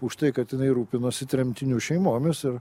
už tai kad jinai rūpinosi tremtinių šeimomis ir